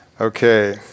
Okay